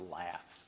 laugh